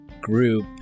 group